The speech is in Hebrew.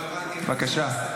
בבקשה.